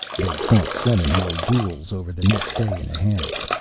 they fought seven more duels over the next day and a half.